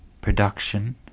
production